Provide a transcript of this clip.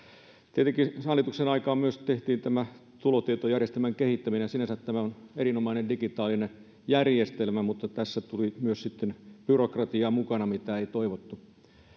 tietenkin sen hallituksen aikana tehtiin myös tämä tulotietojärjestelmän kehittäminen sinänsä tämä on erinomainen digitaalinen järjestelmä mutta tässä tuli mukana myös byrokratiaa mitä ei toivottu